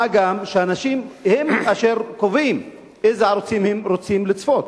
מה גם שהאנשים הם אשר קובעים באיזה ערוצים הם רוצים לצפות.